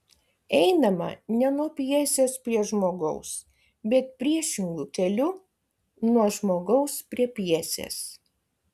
einama ne nuo pjesės prie žmogaus bet priešingu keliu nuo žmogaus prie pjesės